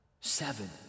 Seven